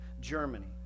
Germany